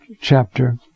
chapter